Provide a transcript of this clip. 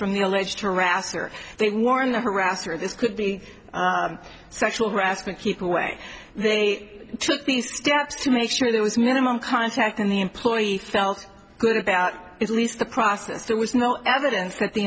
from the alleged harasser they warn the harasser this could be sexual harassment keep away they took these steps to make sure it was minimum contact in the employee felt good about it least the process there was no evidence that the